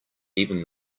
even